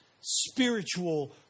spiritual